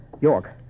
York